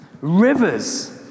Rivers